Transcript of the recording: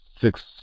six